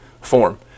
form